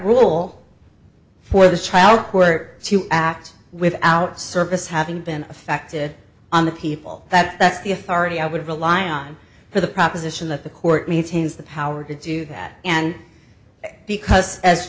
rule for the child court to act without service having been affected on the people that that's the authority i would rely on for the proposition that the court maintains the power to do that and because